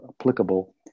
applicable